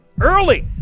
early